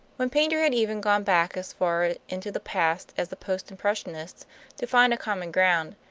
when paynter had even gone back as far into the past as the post-impressionists to find a common ground,